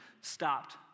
stopped